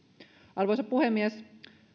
arvoisa puhemies